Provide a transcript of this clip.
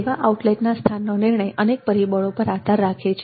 સેવા આઉટલેટના સ્થાનનો નિર્ણય અનેક પરિબળો પર આધાર રાખે છે